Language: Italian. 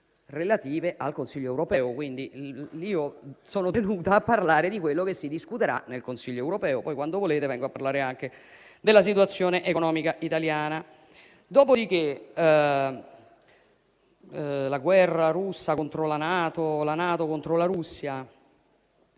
relative al Consiglio europeo e, quindi, sono tenuta a parlare di quello che si discuterà nel Consiglio europeo. Poi, quando volete, vengo a parlare della situazione economica italiana. Si è parlato della guerra russa contro la NATO e della NATO contro la Russia.